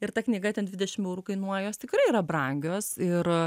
ir ta knyga ten dvidešimt eurų kainuoja jos tikrai yra brangios ir a